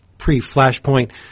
pre-Flashpoint